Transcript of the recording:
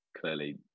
clearly